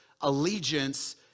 allegiance